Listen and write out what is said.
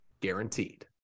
guaranteed